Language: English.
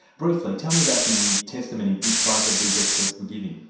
briefly, tell me about the testimony which both of these experts were giving.